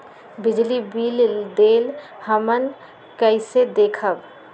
बिजली बिल देल हमन कईसे देखब?